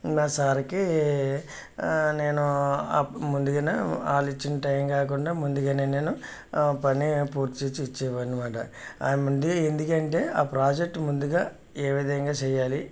నా సార్కి నేను ముందుగానే వాళ్ళిచ్చిన టైం కాకుండా ముందుగానే నేను పని పూర్తి చేసి ఇచ్చేవాడిని అనమాట ఎందుకంటే ఆ ప్రాజెక్ట్ ముందుగా ఏ విధంగా చేయాలి